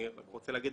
אני רוצה להגיד,